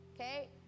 Okay